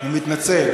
להתרכז.